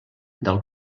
del